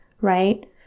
right